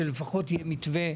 אז שלפחות יהיה מתווה,